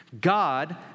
God